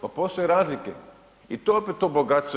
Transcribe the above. Pa postoje razlike i to je opet to bogatstvo EU.